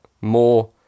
more